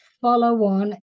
follow-on